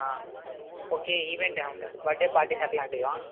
okay ఈవెంటా మీకు birthday parties అట్టాంటివా